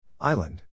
Island